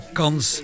kans